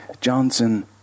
Johnson